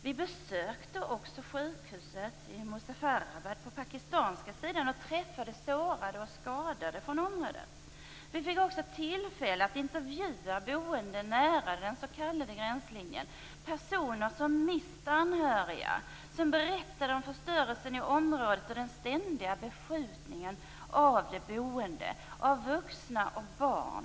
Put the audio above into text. Vi besökte också sjukhuset i Muzafarabad på den pakistanska sidan och träffade sårade och skadade från området. Vi fick också tillfälle att intervjua boende nära den s.k. gränslinjen, personer som mist anhöriga, som berättade om förstörelsen i området och den ständiga beskjutningen av de boende, av vuxna och barn.